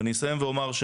ואני אסיים ואומר,